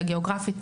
הגיאוגרפית,